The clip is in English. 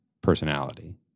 personality